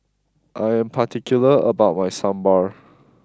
I am particular about my Sambar